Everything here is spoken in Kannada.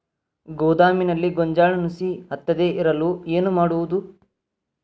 ಗೋದಾಮಿನಲ್ಲಿ ಗೋಂಜಾಳ ನುಸಿ ಹತ್ತದೇ ಇರಲು ಏನು ಮಾಡುವುದು?